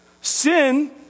sin